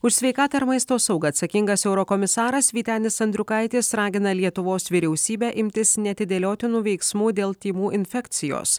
už sveikatą ir maisto saugą atsakingas eurokomisaras vytenis andriukaitis ragina lietuvos vyriausybę imtis neatidėliotinų veiksmų dėl tymų infekcijos